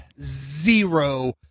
zero